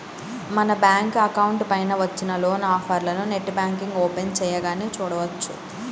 మన bank account పైన వచ్చిన లోన్ ఆఫర్లను నెట్ బ్యాంకింగ్ ఓపెన్ చేయగానే చూడవచ్చు